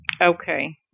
Okay